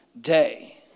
day